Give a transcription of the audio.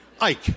Ike